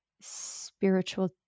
spiritual